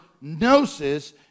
gnosis